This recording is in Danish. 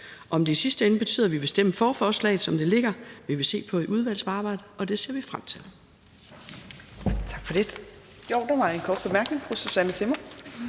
Om det i sidste ende betyder, at vi vil stemme for forslaget, som det ligger, vil vi se på i udvalgsarbejdet, og det ser vi frem til.